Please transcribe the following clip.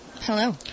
Hello